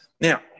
Now